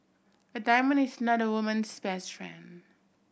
a diamond is not a woman's best friend